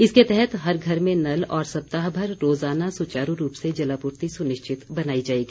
इसके तहत हर घर में नल और सप्ताहभर रोज़ाना सुचारू रूप से जलापूर्ति सुनिश्चित बनाई जाएगी